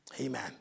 Amen